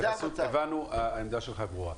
הבנו, העמדה שלך ברורה.